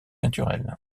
naturel